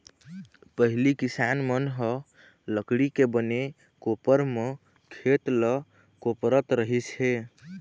पहिली किसान मन ह लकड़ी के बने कोपर म खेत ल कोपरत रहिस हे